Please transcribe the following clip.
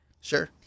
Sure